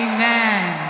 Amen